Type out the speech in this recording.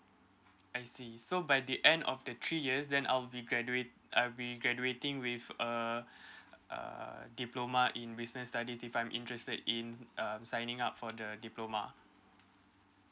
I see so by the end of the three years then I'll be graduat~ I'll be graduating with uh uh diploma in business studies if I'm interested in um signing up for the diploma